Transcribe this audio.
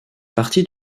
partie